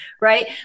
Right